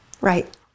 Right